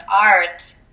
art